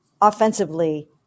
offensively